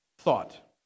Thought